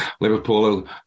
Liverpool